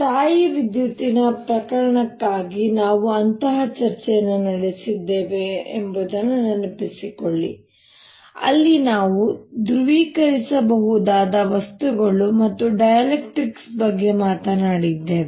ಸ್ಥಾಯೀವಿದ್ಯುತ್ತಿನ ಪ್ರಕರಣಕ್ಕಾಗಿ ನಾವು ಅಂತಹ ಚರ್ಚೆಯನ್ನು ನಡೆಸಿದ್ದೇವೆ ಎಂದು ನೆನಪಿಸಿಕೊಳ್ಳಿ ಅಲ್ಲಿ ನಾವು ಧ್ರುವೀಕರಿಸಬಹುದಾದ ವಸ್ತುಗಳು ಮತ್ತು ಡೈಎಲೆಕ್ಟ್ರಿಕ್ಸ್ ಬಗ್ಗೆ ಮಾತನಾಡಿದ್ದೇವೆ